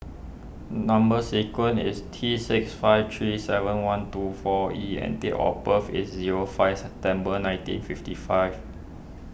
Number Sequence is T six five three seven one two four E and date of birth is zero five September nineteen fifty five